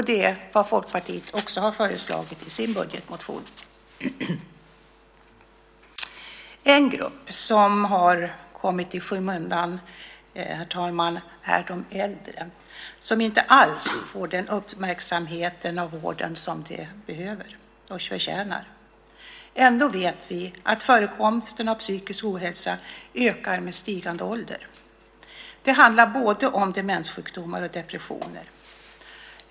Det har Folkpartiet också föreslagit i sin budgetmotion. En grupp som kommit i skymundan, herr talman, är de äldre som inte alls får den uppmärksamhet inom vården som de behöver och förtjänar. Ändå vet vi att förekomsten av psykisk ohälsa ökar med stigande ålder. Det handlar om både demenssjukdomar och depressioner.